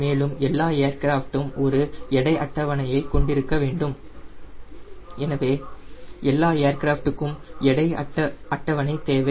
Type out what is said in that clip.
மேலும் எல்லா ஏர்கிராஃப்டும் ஒரு எடை அட்டவணையை கொண்டிருக்க வேண்டும் எனவே எல்லா ஏர்கிராஃப்ட் க்கும் எடை அட்டவணை தேவை